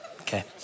okay